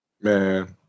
Man